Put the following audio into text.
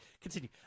Continue